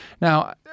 Now